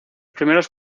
primeros